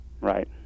Right